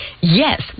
Yes